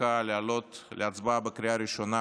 החוקה להעלות להצבעה בקריאה הראשונה